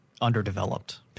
underdeveloped